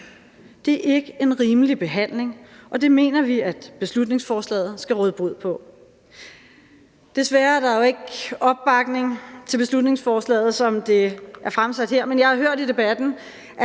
Det er ikke en rimelig behandling, og det mener vi at beslutningsforslaget skal råde bod på. Desværre er der jo ikke opbakning til beslutningsforslaget, som det er fremsat, men jeg har hørt i debatten,